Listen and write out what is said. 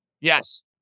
Yes